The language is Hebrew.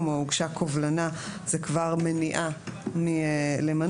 או הוגשה קובלנה זה כבר מניעה מלמנות,